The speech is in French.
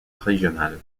régionale